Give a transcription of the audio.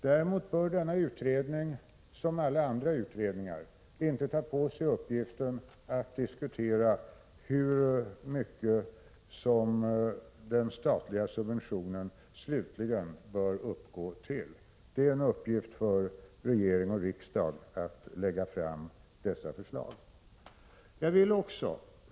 Däremot bör inte denna utredning — lika litet som några andra utredningar — ta på sig uppgiften att diskutera hur mycket den statliga subventionen slutligen bör få kosta. Att lägga fram sådana förslag är en uppgift för regering och riksdag.